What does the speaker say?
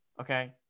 Okay